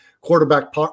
quarterback